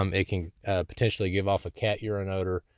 um it can potentially give off a cat urine odor